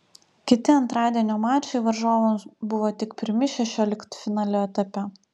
kiti antradienio mačai varžovams buvo tik pirmi šešioliktfinalio etape